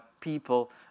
people